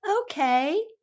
Okay